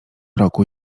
roku